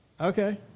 Okay